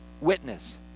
witness